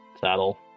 Saddle